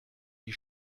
die